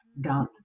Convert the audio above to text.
done